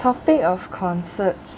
topic of concerts